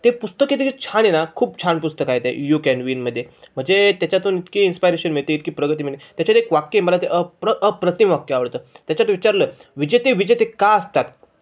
ते पुस्तक किती छान आहे ना खूप छान पुस्तक आहे ते यू कॅन विनमध्ये म्हणजे त्याच्यातून इतकी इन्स्पायरेशन मिळते इतकी प्रगती मिळते त्याच्यात एक वाक्य आहे मला ते अप्र अप्रतिम वाक्य आवडतं त्याच्यात विचारलं विजेते विजेते का असतात